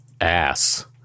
ass